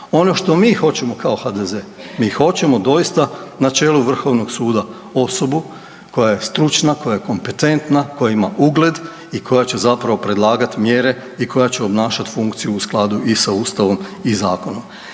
Ono što mi hoćemo kao HDZ, mi hoćemo doista na čelu Vrhovnog suda osobu koja je stručna, koja je kompetentna, koja ima ugled i koja će zapravo predlagati mjere i koja će obnašati funkciju u skladu i sa Ustavom i zakonom.